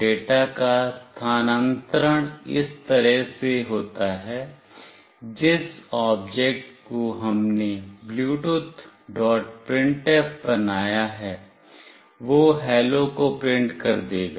data का स्थानांतरण इस तरह से होता है जिस ऑब्जेक्ट को हमने bluetoothprintf बनाया है वह हैलो को प्रिंट कर देगा